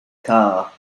car